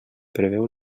preveu